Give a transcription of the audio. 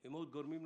עם עוד גורמים,